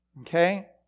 Okay